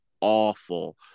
awful